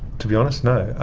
to be honest, no,